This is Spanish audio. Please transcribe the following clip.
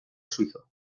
suizo